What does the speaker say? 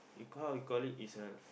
we call how you call it is a